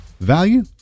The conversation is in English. Value